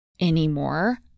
anymore